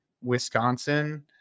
Wisconsin